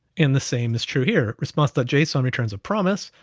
in the same is true here response that json returns a promise,